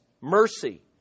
mercy